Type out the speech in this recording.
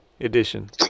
edition